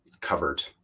covered